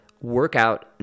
workout